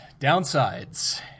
downsides